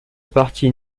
partie